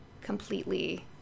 completely